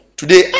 today